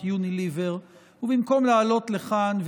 מתנגדים, ואין נמנעים.